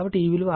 3 అవుతుంది